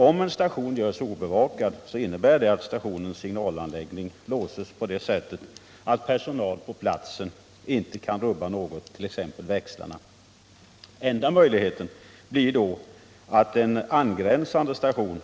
Om en station görs obevakad innebär det att stationens signalanläggning låses på det sättet att personal på platsen inte kan rubba något,t.ex. växlarna. Enda möjligheten är att en angränsande station